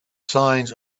signs